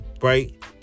Right